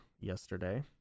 yesterday